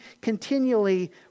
continually